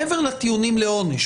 מעבר לטיעונים לעונש,